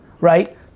Right